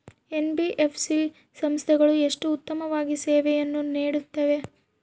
NBFC ಸಂಸ್ಥೆಗಳು ಎಷ್ಟು ಉತ್ತಮವಾಗಿ ಸೇವೆಯನ್ನು ನೇಡುತ್ತವೆ?